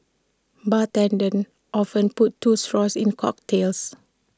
bartenders often put two straws in cocktails